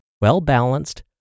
well-balanced